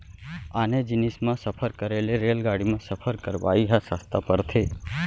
आने जिनिस म सफर करे ले रेलगाड़ी म सफर करवाइ ह सस्ता परथे